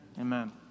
Amen